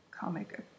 comic